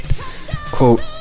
quote